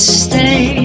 stay